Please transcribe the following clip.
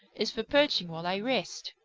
is for perching while i rest.